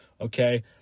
okay